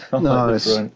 Nice